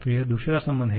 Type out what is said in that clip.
तो यह दूसरा संबंध है